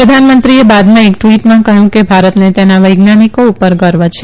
પ્રધાનમંત્રીએ બાદમાં એક ટવીટમાં કહયું કે ભારતને તેના વૈજ્ઞાનિકો પર ગર્વ છે